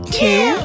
two